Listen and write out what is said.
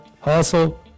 Hustle